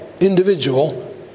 individual